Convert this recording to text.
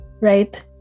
Right